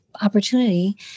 opportunity